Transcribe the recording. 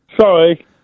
sorry